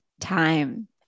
time